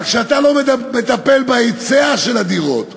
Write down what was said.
אתם רשאים להמשיך לאחוז בכל אותן תפיסות אשר לא קשורות למציאות חיינו,